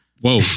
Whoa